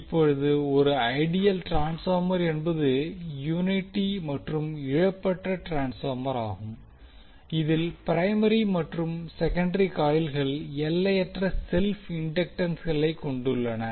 இப்போது ஒரு ideal transformer என்பது யூனிட்டி மற்றும் இழப்பற்ற ட்ரான்ஸ்பார்மர் ஆகும் இதில் பிரைமரி மற்றும் செகண்டரி காயில்கள் எல்லையற்ற செல்ப் இண்டக்டன்ஸ்களை கொண்டுள்ளன